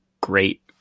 great